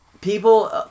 people